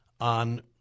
on